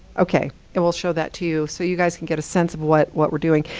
ok, and we'll show that to you, so you guys can get a sense of what what we're doing.